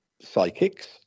psychics